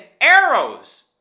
arrows